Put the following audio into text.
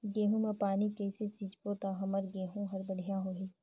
गहूं म पानी कइसे सिंचबो ता हमर गहूं हर बढ़िया होही?